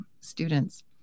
students